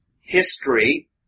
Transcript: history